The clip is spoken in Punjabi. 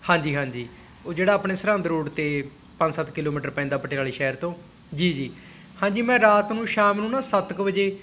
ਹਾਂਜੀ ਹਾਂਜੀ ਉਹ ਜਿਹੜਾ ਆਪਣੇ ਸਰਹੰਦ ਰੋਡ 'ਤੇ ਪੰਜ ਸੱਤ ਕਿਲੋਮੀਟਰ ਪੈਂਦਾ ਪਟਿਆਲੇ ਸ਼ਹਿਰ ਤੋਂ ਜੀ ਜੀ ਹਾਂਜੀ ਮੈਂ ਰਾਤ ਨੂੰ ਸ਼ਾਮ ਨੂੰ ਨਾ ਸੱਤ ਕੁ ਵਜੇ